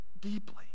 deeply